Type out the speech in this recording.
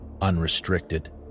Unrestricted